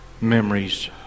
memories